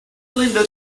linda